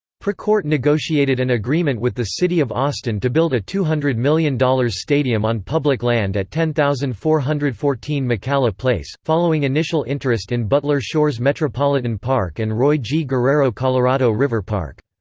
precourt negotiated an agreement with the city of austin to build a two hundred million dollars stadium on public land at ten thousand four hundred and fourteen mckalla place, following initial interest in butler shores metropolitan park and roy g. guerrero colorado river park.